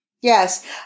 Yes